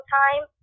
time